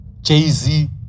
Jay-Z